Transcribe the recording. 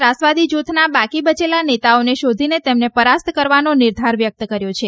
ત્રાસવાદી જૂથના બાકી બચેલા નેતાઓને શોધીને તેમને પરાસ્ત કરવાનો નિર્ધાર વ્યક્ત કર્યો છે